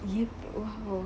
you know